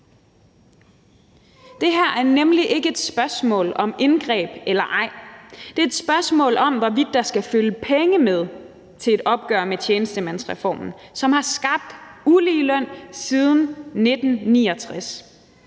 Det her er nemlig ikke et spørgsmål om indgreb eller ej. Det er et spørgsmål om, hvorvidt der skal følge penge med til et opgør med tjenestemandsreformen, som har skabt uligeløn siden 1969.